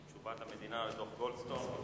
תשובת המדינה לדוח-גולדסטון,